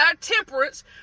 temperance